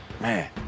Man